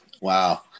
Wow